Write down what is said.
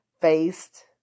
faced